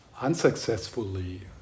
unsuccessfully